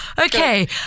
okay